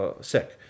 sick